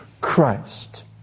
Christ